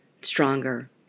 stronger